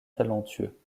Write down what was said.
talentueux